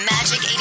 Magic